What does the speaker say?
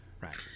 right